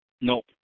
Nope